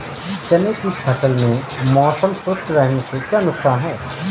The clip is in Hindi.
चने की फसल में मौसम शुष्क रहने से क्या नुकसान है?